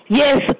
yes